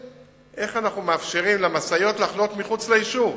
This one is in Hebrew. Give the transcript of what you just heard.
הוא: איך אנחנו מאפשרים למשאיות לחנות מחוץ ליישוב?